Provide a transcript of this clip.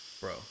bro